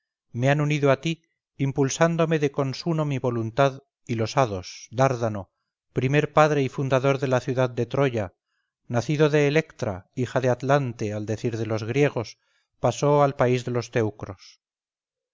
me han unido a ti impulsándome de consuno mi voluntad y los hados dárdano primer padre y fundador de la ciudad de troya nacido de electra hija de atlante al decir de los griegos pasó al país de los teucros